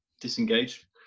disengage